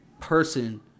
person